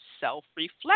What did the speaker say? Self-reflection